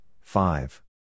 five